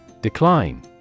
Decline